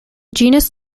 genus